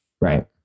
right